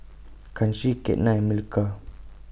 Kanshi Ketna and Milkha